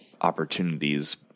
opportunities